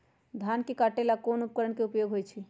धान के काटे का ला कोंन उपकरण के उपयोग होइ छइ?